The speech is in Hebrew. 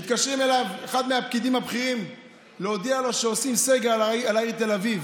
מתקשר אליו אחד מהפקידים הבכירים להודיע לו שעושים סגר על העיר תל אביב.